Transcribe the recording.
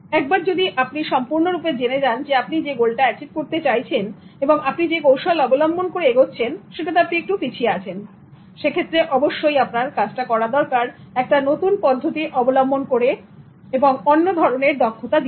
একবার যদি আপনি সম্পূর্ণরূপে জেনে যান আপনি যে গোলটা এচিভ করতে চাইছেন এবং আপনি যে কৌশল অবলম্বন করে এগোচ্ছেন সেটাতে আপনি একটু পিছিয়ে আছেন সেক্ষেত্রে অবশ্যই আপনার কাজটা করা দরকার একটু নতুন পদ্ধতি অবলম্বন করে এবং অন্য ধরনের দক্ষতা দিয়ে